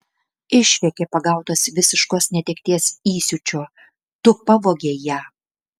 išrėkė pagautas visiškos netekties įsiūčio tu pavogei ją